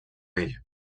ell